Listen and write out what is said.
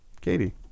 Katie